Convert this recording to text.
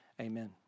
Amen